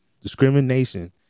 discrimination